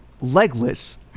legless